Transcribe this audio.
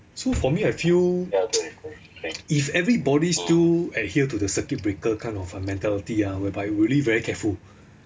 so for me I feel if everybody still adhere to the circuit breaker kind of a mentality ah whereby really very careful